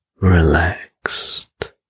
relaxed